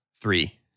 Three